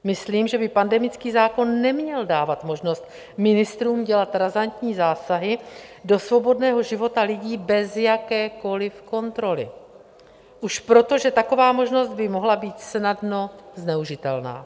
Myslím, že by pandemický zákon neměl dávat možnost ministrům dělat razantní zásahy do svobodného života lidí bez jakékoli kontroly už proto, že taková možnost by mohla být snadno zneužitelná.